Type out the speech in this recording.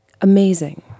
Amazing